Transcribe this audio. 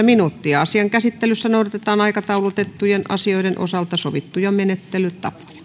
minuuttia asian käsittelyssä noudatetaan aikataulutettujen asioiden osalta sovittuja